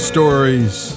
Stories